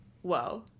whoa